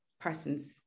persons